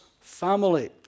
family